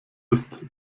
ist